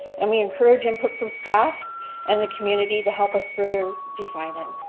and we encourage input from staff and the community to help us further define it.